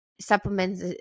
supplements